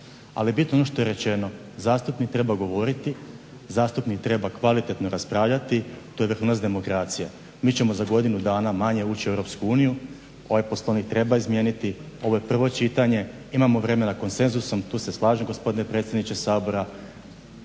Ali bitno je ono što je rečeno, zastupnik treba govoriti, zastupnik treba kvalitetno raspravljati, to je vrhunac demokracije. Mi ćemo za godinu dana manje ući u EU, ovaj Poslovnik treba izmijeniti, ovo je prvo čitanje, imamo vremena konsenzusom, tu se slažem gospodine predsjedniče Sabora,